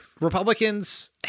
Republicans